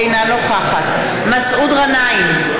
אינה נוכחת מסעוד גנאים,